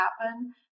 happen